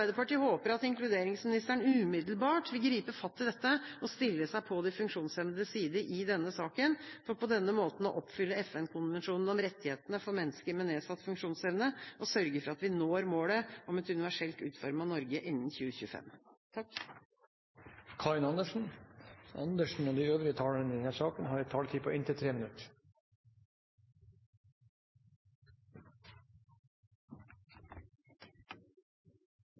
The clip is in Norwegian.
Arbeiderpartiet håper at inkluderingsministeren umiddelbart vil gripe fatt i dette og stille seg på de funksjonshemmedes side i denne saken, for på denne måten å oppfylle FN-konvensjonen om rettighetene for mennesker med nedsatt funksjonsevne og sørge for at vi når målet om et universelt utformet Norge innen 2025. De talere som heretter får ordet, har en taletid på inntil 3 minutter.